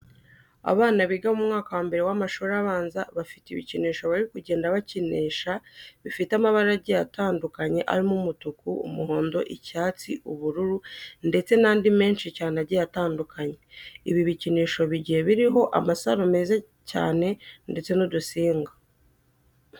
Abana biga mu mwaka wa mbere w'amashuri abanza bafite ibikinisho bari kugenda bakinisha bifite amabara agiye atandukanye arimo umutuku, umuhondo, icyatsi, ubururu ndetse n'andi menshi cyane agiye atandukanye. Ibi bikinisho bigiye biriho amasaro meza cyane ndetse n'udusinga.